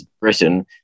Britain